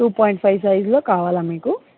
two point five సైజులో కావాలా మీకు